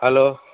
hello